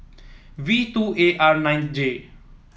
V two A R nine J